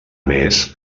més